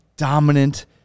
dominant